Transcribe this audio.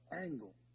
angle